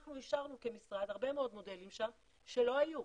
אנחנו אישרנו כמשרד הרבה מאוד מודלים שם שלא היו,